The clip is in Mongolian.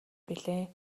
билээ